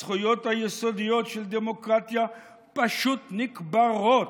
הזכויות היסודיות של דמוקרטיה פשוט נקברות,